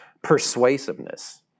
Persuasiveness